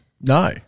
No